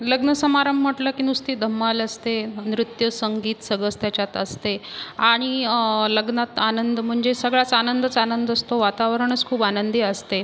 लग्न समारंभ म्हटलं की नुसती धम्माल असते मग नृत्य संगीत सगळंच त्याच्यात असते आणि लग्नात आनंद म्हणजे सगळाच आनंदच आनंद असतो वातावरणच खूप आनंदी असते